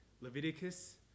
Leviticus